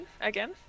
again